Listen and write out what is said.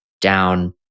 down